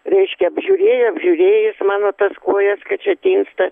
reiškia apžiūrėjo apžiūrėjo jis mano tas kojas kad čia tinsta